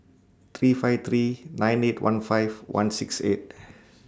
three five three nine eight one five one six eight